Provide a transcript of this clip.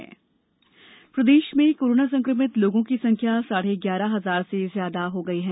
corona प्रदेश प्रदेश में कोरोना संक्रमित लोगों की संख्या साढ़े ग्यारह हजार से ज्यादा हो गयी है